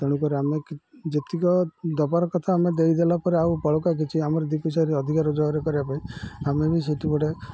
ତେଣୁକରି ଆମେ କି ଯେତିକ ଦବାର କଥା ଆମେ ଦେଇଦେଲା ପରେ ଆଉ ବଳକା କିଛି ଆମର ଦୁଇପଇସାର ଅଧିକା ରୋଜଗାର କରିବା ପାଇଁ ଆମେ ବି ସେଠିପଟେ